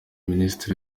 minisitiri